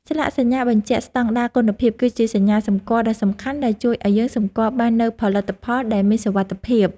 ស្លាកសញ្ញាបញ្ជាក់ស្តង់ដារគុណភាព គឺជាសញ្ញាសម្គាល់ដ៏សំខាន់ដែលជួយឱ្យយើងសម្គាល់បាននូវផលិតផលដែលមានសុវត្ថិភាព។